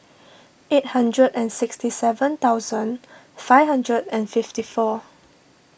eight hundred and sixty seven thousand five hundred and fifty four